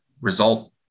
result